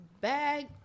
bag